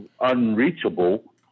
unreachable